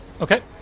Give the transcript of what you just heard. Okay